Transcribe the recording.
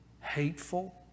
hateful